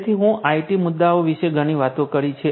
તેથી હું આઇટી મુદ્દાઓ વિશે ઘણી વાતો કરી છે